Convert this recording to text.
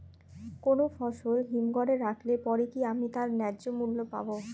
কোনো ফসল হিমঘর এ রাখলে পরে কি আমি তার ন্যায্য মূল্য পাব?